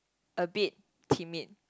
a bit timid